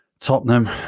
Tottenham